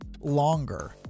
longer